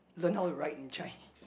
the now you right in Chinese